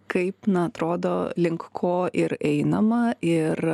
kaip na atrodo link ko ir einama ir